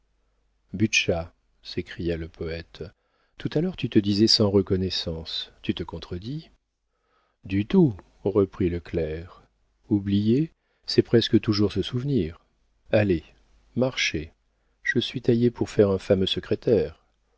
s'écria le poëte tout à l'heure tu te disais sans reconnaissance tu te contredis du tout reprit le clerc oublier c'est presque toujours se souvenir allez marchez je suis taillé pour faire un fameux secrétaire